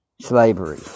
slavery